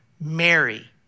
Mary